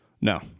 No